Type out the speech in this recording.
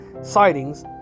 sightings